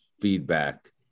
feedback